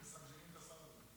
שמסנג'רים את השר הזה.